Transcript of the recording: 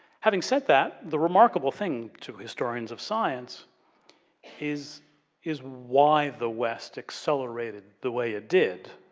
having said that the remarkable thing to historians of science is is why the west accelerated the way it did,